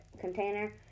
container